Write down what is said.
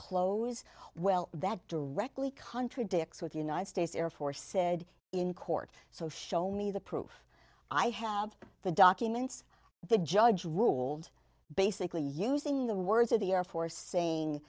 close well that directly contradicts what the united states air force said in court so show me the proof i have the documents the judge ruled basically using the words of the air force saying